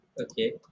Okay